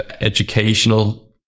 educational